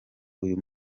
uyu